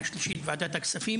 השלישית בוועדת הכספים,